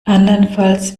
andernfalls